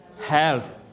health